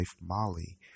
Molly